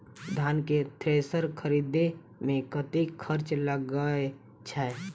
धान केँ थ्रेसर खरीदे मे कतेक खर्च लगय छैय?